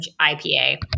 IPA